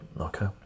Okay